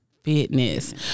fitness